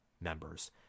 members